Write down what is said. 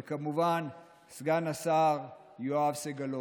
וכמובן סגן השר יואב סגלוביץ'.